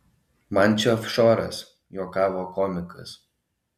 man čia ofšoras juokavo komikas